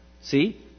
See